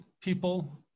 people